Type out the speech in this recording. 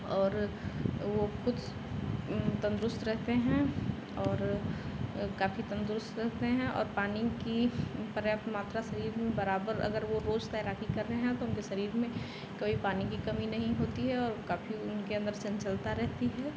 और वह खुद तन्दुरुस्त रहते हैं और काफी तन्दुरुस्त रहते हैं और पानी की पर्याप्त मात्रा से बराबर अगर वह रोज तैराकी कर रहे हैं तो उनके शरीर में कभी पानी की कमी नहीं होती है और काफी उनके अन्दर चंचलता रहती है